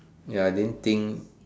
ya I didn't think